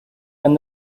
and